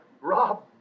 rob